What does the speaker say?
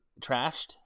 trashed